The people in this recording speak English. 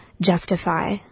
justify